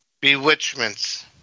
bewitchments